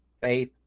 faith